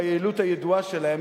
ביעילות הידועה שלהם,